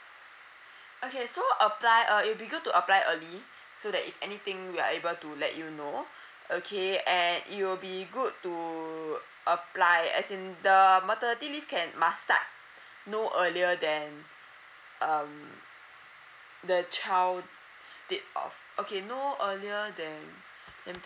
okay so apply uh if you go to apply early so that if anything we are able to let you know okay and it will be good to apply as in the maternity leave can must start no earlier than um the child's date of okay no earlier than let me